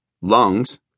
lungs